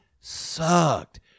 sucked